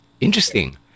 Interesting